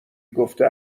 گفته